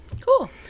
cool